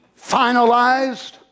finalized